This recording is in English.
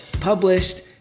published